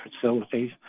Facilities